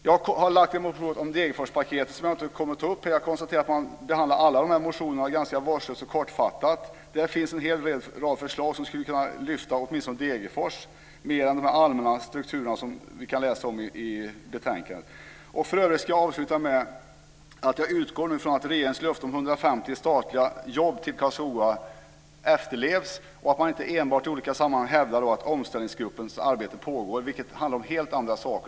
Jag har väckt en motion om det s.k. Degerforspaketet, som jag här inte kommer att ta upp. Jag konstaterar att man här behandlar alla motioner ganska vårdslöst och kortfattat. Det finns i dem en hel del förslag som skulle kunna lyfta upp åtminstone Degerfors mer än de allmänna strukturåtgärder som man kan läsa om i betänkandet. Jag vill till sist säga att jag utgår från att regeringens löfte om 150 statliga jobb till Karlskoga kommer att uppfyllas och att man inte enbart i olika sammanhang kommer att hävda att omställningsgruppens arbete pågår. Det handlar om helt andra saker.